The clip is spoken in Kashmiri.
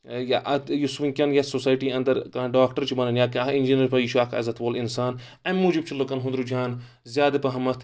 اَتہِ یُس وٕنکیٚن یۄس سوسایٹی اَنٛدر کانٛہہ ڈاکٹر چھُ بَنان یا کانٛہہ اِنجینیر پَتہٕ یہِ چھُ اکھ عزت وول اِنسان اَمہِ موٗجوٗب چھُ لُکَن ہُنٛد رُجان زیادٕ پَہمَتھ